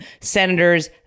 senators